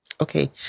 Okay